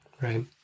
Right